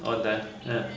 or that plan